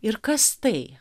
ir kas tai